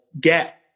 get